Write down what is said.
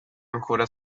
ancora